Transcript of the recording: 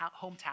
hometown